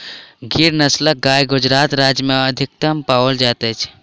गिर नस्लक गाय गुजरात राज्य में अधिकतम पाओल जाइत अछि